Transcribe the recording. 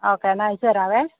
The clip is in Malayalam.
ഓക്കെ എന്നാല് അയച്ചുതരാവേ